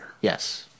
Yes